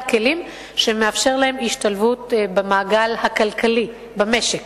כלים שמאפשר להם השתלבות במעגל הכלכלי במשק